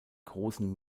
großen